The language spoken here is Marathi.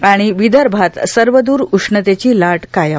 आणि विदर्भात सर्वदूर उष्णतेची लाट कायम